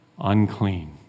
unclean